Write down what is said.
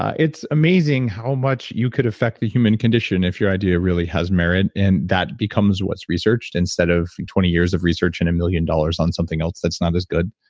it's amazing how much you could affect the human condition, if your idea really has merit and that becomes what's researched instead of twenty years of research and one million dollars on something else that's not as good.